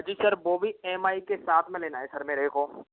हाँ जी सर वो भी एम आई के साथ मे लेना है सर मेरे को